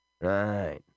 right